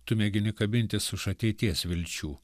tu mėgini kabintis už ateities vilčių